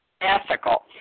ethical